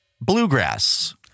Bluegrass